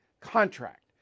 contract